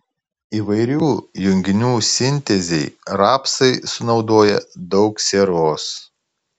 įvairių junginių sintezei rapsai sunaudoja daug sieros